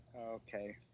Okay